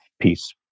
peace